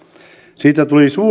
siitä tuli